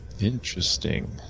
Interesting